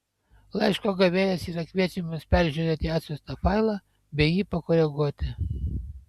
laiško gavėjas yra kviečiamas peržiūrėti atsiųstą failą bei jį pakoreguoti